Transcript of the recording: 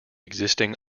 existing